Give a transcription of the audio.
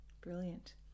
Brilliant